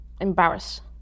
Embarrass